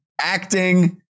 acting